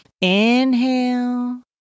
Inhale